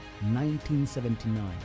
1979